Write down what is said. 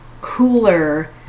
cooler